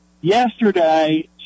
Yesterday